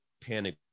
panic